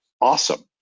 awesome